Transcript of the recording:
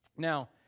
Now